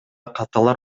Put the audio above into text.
каталар